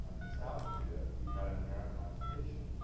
ah in south korea you've got an american occupation